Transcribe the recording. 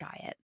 diet